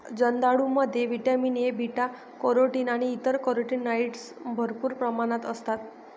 जर्दाळूमध्ये vitamin A, beta carotene आणि इतर कॅरोटीनॉइड्स भरपूर प्रमाणात असतात